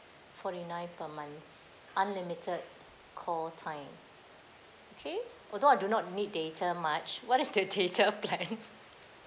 forty nine per month unlimited call time okay although I do not need data much what is the data plan